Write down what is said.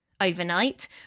overnight